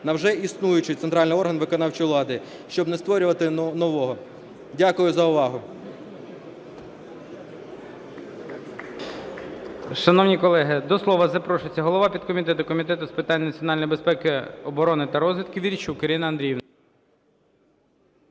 на вже існуючий центральний орган виконавчої влади, щоб не створювати нового. Дякую за увагу.